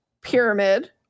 pyramid